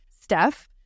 Steph